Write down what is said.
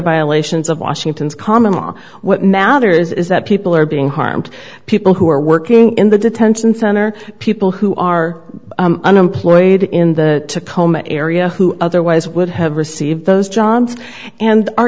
violations of washington's common law what matters is that people are being harmed people who are working in the detention center people who are unemployed in the home area who otherwise would have received those johns and our